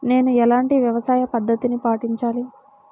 నేను ఎలాంటి వ్యవసాయ పద్ధతిని పాటించాలి?